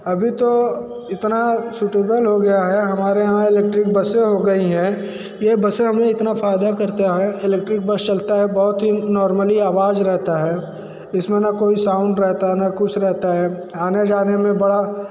अभी ताे इतना सूटेबल हो गया है हमारे यहाँ इलेक्ट्रिक बसें हो गई हैं ये बसें हमें इतना फ़ायदा करती है इलेक्ट्रिक बस चलती है बहुत ही नॉर्मली आवाज़ रहेती है इस में ना कोई साउंड रहता है ना कुछ रहता है आने जाने में बड़ी